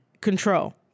control